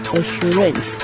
assurance